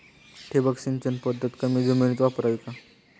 ठिबक सिंचन पद्धत कमी जमिनीत वापरावी का?